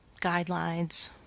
guidelines